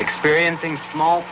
experiencing small